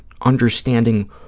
Understanding